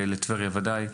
בוודאי שלטבריה,